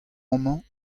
amañ